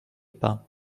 pas